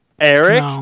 Eric